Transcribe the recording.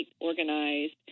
organized